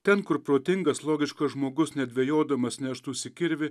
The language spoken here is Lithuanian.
ten kur protingas logiškas žmogus nedvejodamas neštųsi kirvį